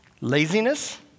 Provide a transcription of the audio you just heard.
Laziness